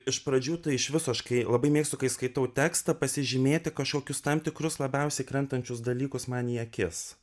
iš pradžių tai iš viso aš kai labai mėgstu kai skaitau tekstą pasižymėti kažkokius tam tikrus labiausiai krintančius dalykus man į akis